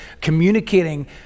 communicating